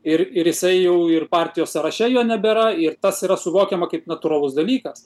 ir ir jisai jau ir partijos sąraše jo nebėra ir tas yra suvokiama kaip natūralus dalykas